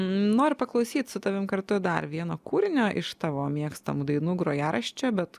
noriu paklausyt su tavimi kartu dar vieno kūrinio iš tavo mėgstamų dainų grojaraščio bet